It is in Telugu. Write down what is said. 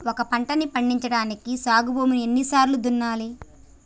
ఒక పంటని పండించడానికి సాగు భూమిని ఎన్ని సార్లు దున్నాలి?